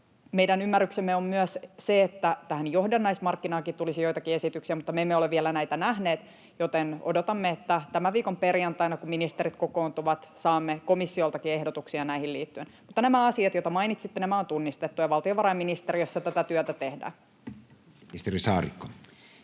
Meidän ymmärryksemme on myös se, että tähän johdannaismarkkinaankin tulisi joitakin esityksiä, mutta me emme ole vielä näitä nähneet, joten odotamme, että tämän viikon perjantaina, kun ministerit kokoontuvat, saamme komissioltakin ehdotuksia näihin liittyen. Mutta nämä asiat, joita mainitsitte, on tunnistettu, ja valtiovarainministeriössä tätä työtä tehdään. [Speech 41]